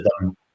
done